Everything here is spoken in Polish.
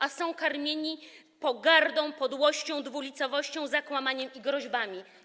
A są karmieni pogardą, podłością, dwulicowością, zakłamaniem i groźbami.